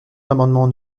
l’amendement